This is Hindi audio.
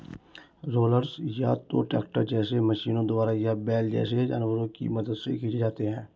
रोलर्स या तो ट्रैक्टर जैसे मशीनों द्वारा या बैल जैसे जानवरों की मदद से खींचे जाते हैं